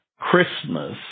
Christmas